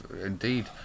indeed